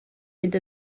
mynd